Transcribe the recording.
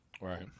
right